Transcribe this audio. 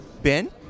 Ben